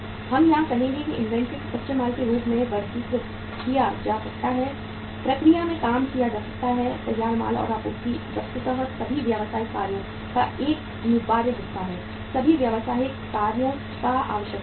हम यहाँ कहेंगे कि इन्वेंट्री को कच्चे माल के रूप में वर्गीकृत किया जा सकता है प्रक्रिया में काम किया जा सकता है तैयार माल और आपूर्ति वस्तुतः सभी व्यावसायिक कार्यों का एक अनिवार्य हिस्सा है सभी व्यावसायिक कार्यों का आवश्यक हिस्सा है